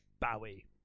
Bowie